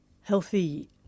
healthy